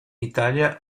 italia